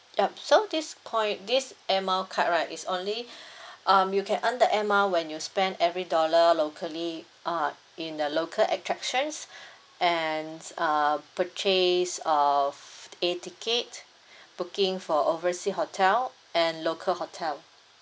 yup so this point this air mile card right is only um you can earn the air mile when you spend every dollar locally uh in the local attractions and uh purchase of air tickets booking for oversea hotel and local hotel